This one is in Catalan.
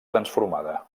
transformada